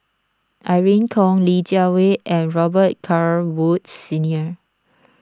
Irene Khong Li Jiawei and Robet Carr Woods Senior